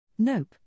Nope